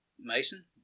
Mason